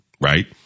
right